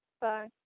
Bye